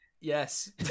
yes